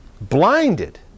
Blinded